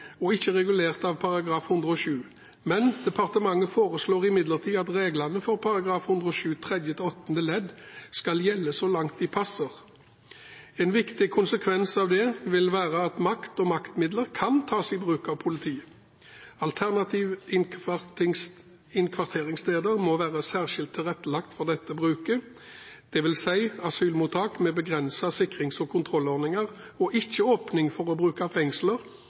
og ikke regulert av § 107. Men departementet foreslår imidlertid at reglene for § 107 tredje til åttende ledd skal gjelde så langt de passer. En viktig konsekvens av det vil være at makt og maktmidler kan tas i bruk av politi. Alternative innkvarteringssteder må være særskilt tilrettelagt for denne bruken, dvs. asylmottak med begrenset sikrings- og kontrollordninger og ikke åpning for å bruke